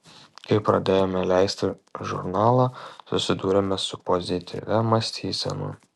kai pradėjome leisti žurnalą susidūrėme su pozityvia mąstysena